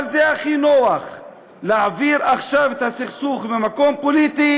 אבל זה הכי נוח להעביר עכשיו את הסכסוך ממקום פוליטי